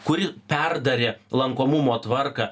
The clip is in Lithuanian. kuri perdarė lankomumo tvarką